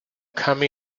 come